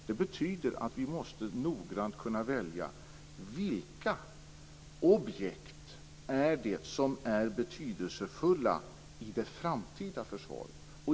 Det betyder att vi noggrant måste kunna välja vilka objekt det är som är betydelsefulla i det framtida försvaret.